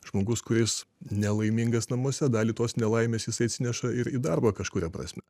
žmogus kuris nelaimingas namuose dalį tos nelaimės jis atsineša ir į darbą kažkuria prasme